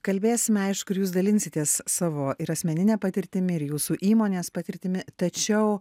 kalbėsime aišku ir jūs dalinsitės savo ir asmenine patirtimi ir jūsų įmonės patirtimi tačiau